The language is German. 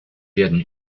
werden